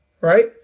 right